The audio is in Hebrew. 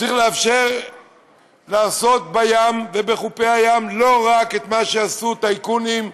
צריך לאפשר לעשות בים ובחופי הים לא רק מה שעשו טייקונים,